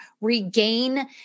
regain